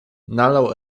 nalał